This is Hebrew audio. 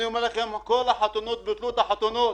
אני אומר לכם: ביטלו את כל החתונות,